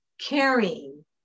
carrying